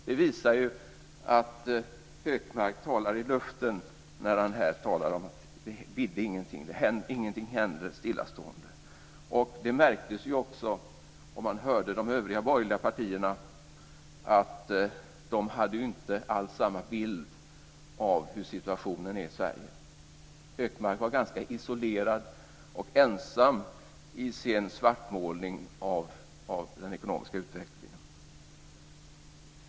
Det visar ju att Hökmark talar i luften när han här talar om att det inte bidde någonting, att ingenting händer, att det är stillastående. Det märktes ju också om man hörde de övriga borgerliga partierna att de inte alls hade samma bild av hur situationen är i Sverige. Hökmark var ganska isolerad och ensam i sin svartmålning av den ekonomiska utvecklingen.